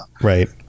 right